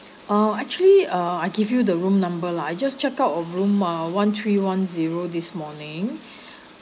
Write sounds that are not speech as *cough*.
uh actually uh I give you the room number lah I just check out of room ah one three one zero this morning *breath*